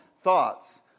thoughts